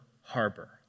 Harbor